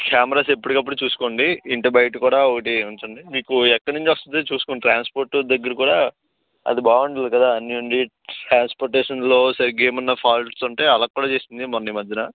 cameras ఎప్పటికప్పుడు చూసుకోండి ఇంటి బయట కూడా ఒకటి ఉంచండి మీకు ఎక్కడి నుంచి వస్తది చూసుకోండి ట్రాన్స్పోర్ట్ దగ్గర కూడా అది బాగుంటుంది కదా అన్ని ఉండి ట్రాన్స్పోర్టేషన్లో సరిగ్గా ఏమన్నా ఫాల్ట్స్ ఉంటే అలా కూడా చేసింది మొన్న ఈ మధ్యన